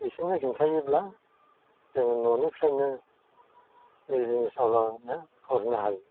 बिसिनो खिन्थायोब्ला जों न'निफ्रायनो बिजनेस आवलानो हरनो हायो